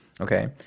Okay